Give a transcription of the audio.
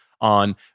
on